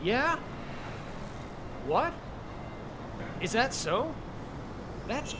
yeah what is that so that's